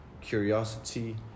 curiosity